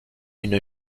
une